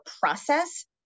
process